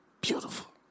Beautiful